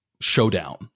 showdown